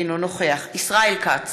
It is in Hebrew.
אינו נוכח ישראל כץ,